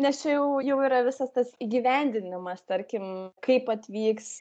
nes čia jau jau yra visas tas įgyvendinimas tarkim kaip atvyks